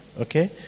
okay